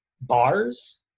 bars